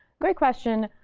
great question.